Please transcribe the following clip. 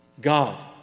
God